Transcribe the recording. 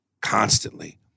constantly